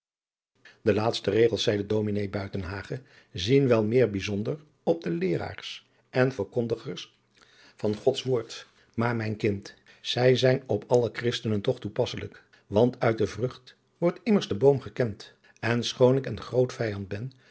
de laatste regels zeide ds buitenhagen zien wel meer bijzonder op de leeraars en verkondigers van gods woord maar mijn kind zij zijn op alle christenen toch toepasselijk want uit de vrucht wordt immers de boom gekend en schoon ik een groot vijand ben